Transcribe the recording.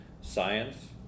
science